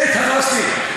הפלסטינים.